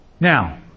Now